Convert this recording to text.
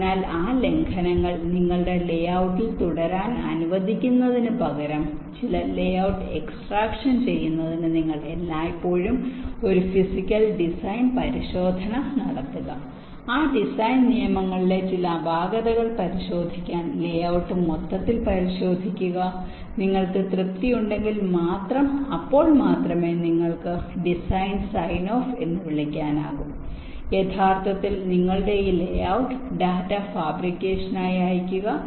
അതിനാൽ ആ ലംഘനങ്ങൾ നിങ്ങളുടെ ലേഔട്ടിൽ തുടരാൻ അനുവദിക്കുന്നതിനുപകരം ചില ലേഔട്ട് എക്സ്ട്രാക്ഷൻ ചെയ്യുന്നതിന് നിങ്ങൾ എല്ലായ്പ്പോഴും ഒരു ഫിസിക്കൽ ഡിസൈൻ പരിശോധന നടത്തുക ആ ഡിസൈൻ നിയമങ്ങളിലെ ചില അപാകതകൾ പരിശോധിക്കാൻ ലേഔട്ട് മൊത്തത്തിൽ പരിശോധിക്കുക നിങ്ങൾക്ക് തൃപ്തിയുണ്ടെങ്കിൽ മാത്രം അപ്പോൾ മാത്രമേ നിങ്ങൾക്ക് ഡിസൈൻ സൈൻ ഓഫ് എന്ന് വിളിക്കാനാകൂ യഥാർത്ഥത്തിൽ നിങ്ങളുടെ ഈ ലേഔട്ട് ഡാറ്റ ഫാബ്രിക്കേഷനായി അയയ്ക്കുക